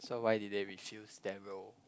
so why did they refuse that role